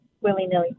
willy-nilly